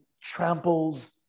tramples